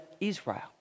Israel